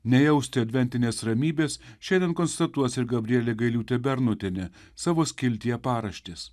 nejausti adventinės ramybės šiandien konstatuos ir gabrielė gailiūtė bernotienė savo skiltyje paraštės